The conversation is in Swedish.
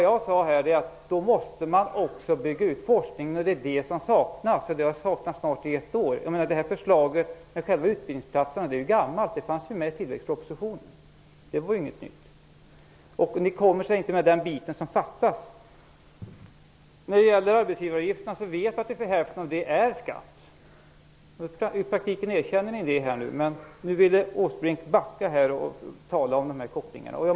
Jag sade att det då blir nödvändigt att bygga ut forskningen, men detta saknas sedan nästan ett år tillbaka. Förslaget om utbildningsplatser är gammalt. Det fanns ju med i tillväxtpropositionen, så det är inget nytt. Ni kommer alltså inte med den bit som fattas. När det gäller arbetsgivaravgifterna vet vi att ungefär hälften är skatt. I praktiken erkänner ni det nu. Men Erik Åsbrink vill nu backa genom att tala om en koppling här.